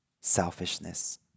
selfishness